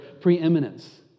preeminence